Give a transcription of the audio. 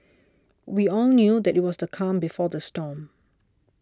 we all knew that it was the calm before the storm